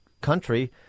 country